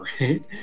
right